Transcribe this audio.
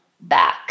back